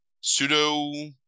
pseudo